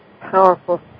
powerful